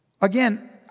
again